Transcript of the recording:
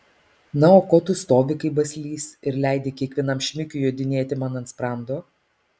na o ko tu stovi kaip baslys ir leidi kiekvienam šmikiui jodinėti man ant sprando